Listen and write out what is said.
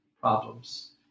Problems